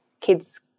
kids